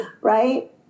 Right